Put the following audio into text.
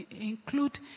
include